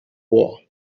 war